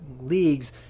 leagues